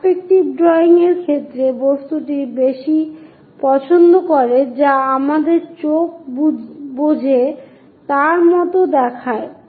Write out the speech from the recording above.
perspective drawing এর ক্ষেত্রে বস্তুটি বেশি পছন্দ করে যা আমাদের চোখ বোঝে তার মতো দেখায়